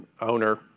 owner